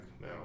now